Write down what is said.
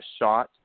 shot